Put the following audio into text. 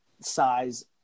size